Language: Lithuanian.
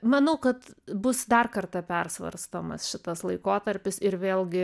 manau kad bus dar kartą persvarstomas šitas laikotarpis ir vėlgi